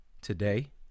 today